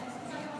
אני רוצה לראות